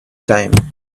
time